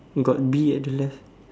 got bee at the left